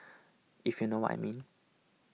if you know what I mean